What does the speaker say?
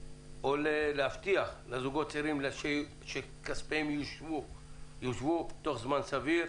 להבטיח לזוכות הצעירים שכספם יושב תוך זמן סביר.